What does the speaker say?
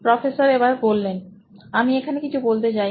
professor আমি এখানে কিছু বলতে চাই